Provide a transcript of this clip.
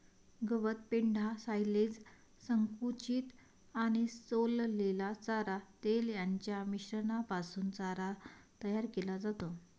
गवत, पेंढा, सायलेज, संकुचित आणि सोललेला चारा, तेल यांच्या मिश्रणापासून चारा तयार केला जातो